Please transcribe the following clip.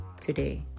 today